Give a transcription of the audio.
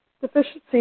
deficiency